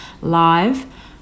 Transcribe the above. live